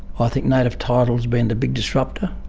i think native title has been a big disruptor.